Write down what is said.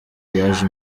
yaje